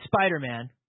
Spider-Man